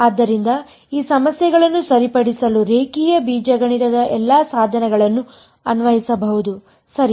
ಆದ್ದರಿಂದ ಈ ಸಮಸ್ಯೆಗಳನ್ನು ಸರಿಪಡಿಸಲು ರೇಖೀಯ ಬೀಜಗಣಿತದ ಎಲ್ಲಾ ಸಾಧನಗಳನ್ನು ಅನ್ವಯಿಸಬಹುದು ಸರಿ